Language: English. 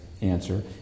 answer